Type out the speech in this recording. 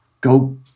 go